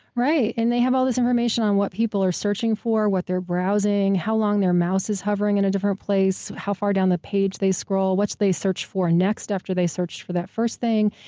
right, and they have all this information on what people are searching for, what they're browsing, how long their mouse is hovering in a different place, how far down the page they scroll, what did they search for next after that searched for that first thing,